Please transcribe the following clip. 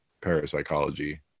parapsychology